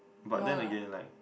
but then again like